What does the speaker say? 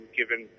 given